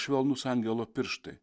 švelnūs angelo pirštai